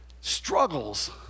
struggles